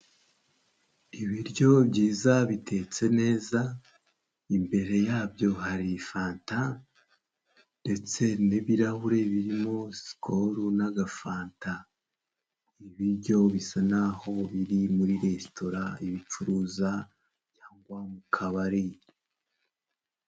Ibiryo byiza bitetse neza, imbere yabyo hari fanta, ndetse n'ibirahure birimo sikolo n'agafanta. Ibijyo bisa n'ibiri muri resitora ibicuruza cyangwa mu kabari.